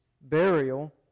burial